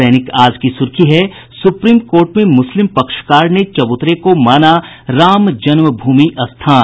दैनिक आज की सुर्खी है सुप्रीम कोर्ट में मुस्लिम पक्षकार ने चबूतरे को माना राम जन्मभूमि स्थल